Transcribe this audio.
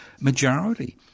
majority